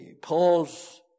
Paul's